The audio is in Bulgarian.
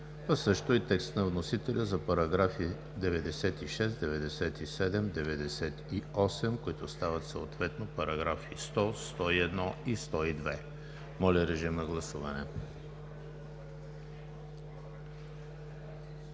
също и текста на вносителя за параграфи 96, 97, 98, които стават съответно параграфи 100, 101 и 102. Гласували